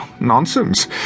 Nonsense